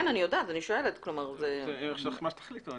מה שתחליטו.